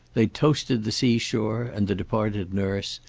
they toasted the seashore, and the departed nurse,